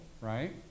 right